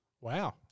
Wow